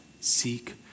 Seek